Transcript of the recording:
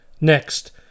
Next